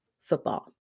football